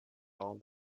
our